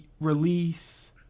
release